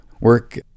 work